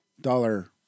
dollar